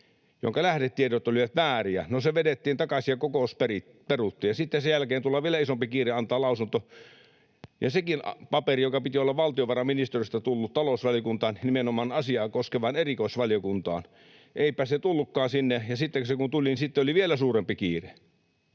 jonka lähdetiedot olivat vääriä. No, se vedettiin takaisin ja kokous peruttiin, ja sitten sen jälkeen tuli vielä isompi kiire antaa lausunto. Sekin paperi, jonka piti olla valtiovarainministeriöstä tullut talousvaliokuntaan, nimenomaan asiaa koskevan erikoisvaliokuntaan — eipä se tullutkaan sinne. Ja sitten kun se tuli, oli vielä suurempi kiire.